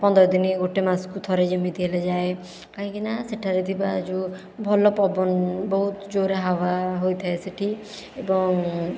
ପନ୍ଦର ଦିନ ଗୋଟିଏ ମାସକୁ ଥରେ ଯେମିତି ହେଲେ ଯାଏ କାହିଁକିନା ସେଠାରେ ଥିବା ଯେଉଁ ଭଲ ପବନ ବହୁତ ଜୋରରେ ହାୱା ହୋଇଥାଏ ସେଠି ଏବଂ